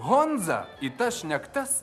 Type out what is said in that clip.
honza į tas šnektas